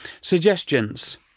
Suggestions